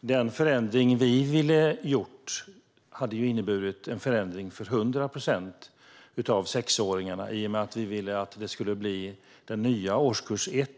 Den förändring som vi hade velat göra hade i stället inneburit en förändring för 100 procent av sexåringarna i och med att vi ville att det skulle bli den nya årskurs 1